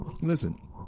Listen